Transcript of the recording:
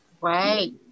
right